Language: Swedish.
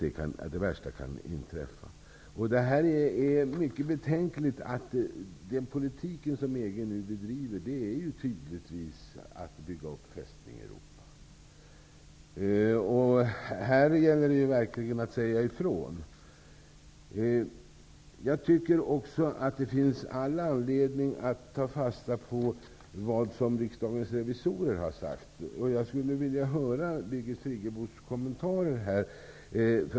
Det är mycket betänkligt att den politik som EG nu driver tydligtvis går ut på att bygga upp fästningen Europa. Här gäller det verkligen att säga ifrån. Jag tycker också att det finns all anledning att ta fasta på vad Riksdagens revisorer har sagt. Jag skulle vilja höra Birgit Friggebos kommentarer.